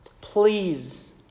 Please